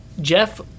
Jeff